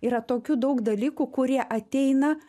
yra tokių daug dalykų kurie ateina